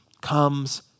comes